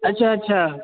اچھا اچھا